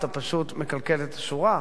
אתה פשוט מקלקל את השורה,